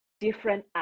different